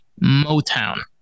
motown